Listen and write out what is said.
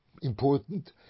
important